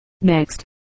next